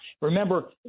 Remember